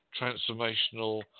transformational